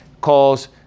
calls